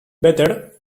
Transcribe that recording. better